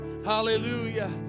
hallelujah